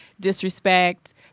Disrespect